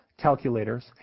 Calculators